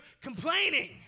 complaining